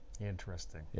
Interesting